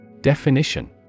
Definition